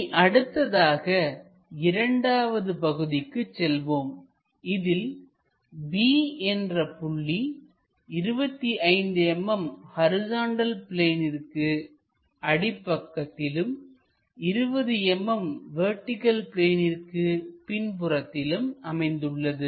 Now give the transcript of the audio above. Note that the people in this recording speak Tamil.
இனி அடுத்ததாக இரண்டாவது பகுதிக்குச் செல்வோம் இதில் B என்ற புள்ளி 25 mm ஹரிசாண்டல் பிளேனிற்கு அடி பக்கத்திலும் 20 mm வெர்டிகள் பிளேனிற்கு பின்புறத்திலும் அமைந்துள்ளது